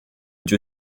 dieu